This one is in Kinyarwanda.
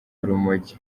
urumogi